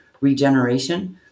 regeneration